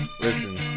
listen